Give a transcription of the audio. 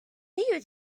you